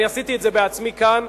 אני עשיתי את זה בעצמי כאן,